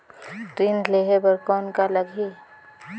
ऋण लेहे बर कौन का लगही?